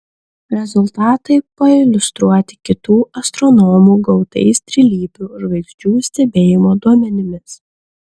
rezultatai pailiustruoti kitų astronomų gautais trilypių žvaigždžių stebėjimo duomenimis